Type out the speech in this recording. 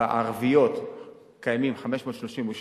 בערביות קיימות 532,